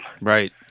right